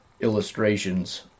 illustrations